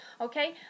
okay